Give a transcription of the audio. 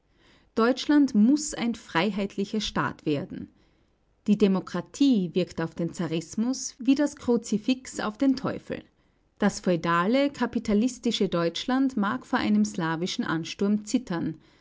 deutschland muß ein freiheitlicher staat werden die demokratie wirkt auf den zarismus wie das kruzifix auf den teufel das feudale kapitalistische deutschland mag vor einem slawischen ansturm zittern